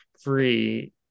free